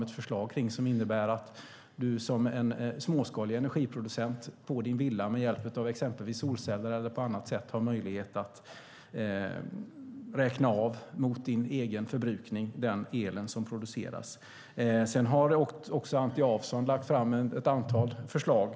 Det innebär att du som småskalig energiproducent med din villa kan med hjälp av exempelvis solceller eller på annat sätt räkna av din egen förbrukning mot den el som produceras. Anti Avsan har lagt fram ett antal förslag.